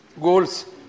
goals